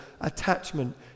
attachment